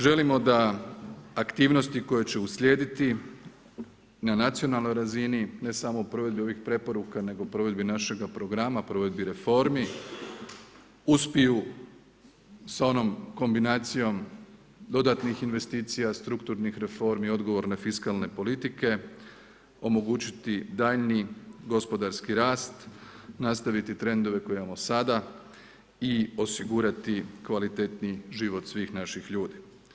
Želimo da aktivnosti koje će uslijediti na nacionalnoj razini ne samo u provedbi ovih preporuka nego u provedbi našega programa, provedbi reformi uspiju sa onom kombinacijom dodatnih investicija strukturnih reformi, odgovorne fiskalne politike omogućiti daljnji gospodarski rast, nastaviti trendove koje imamo sada i osigurati kvalitetniji život svih naših ljudi.